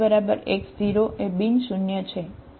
આ F ખરેખર શું છે